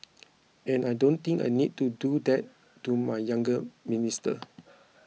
and I don't think I need to do that to my younger minister